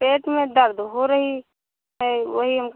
पेट में दर्द हो रही है वही हमको